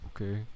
Okay